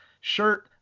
shirt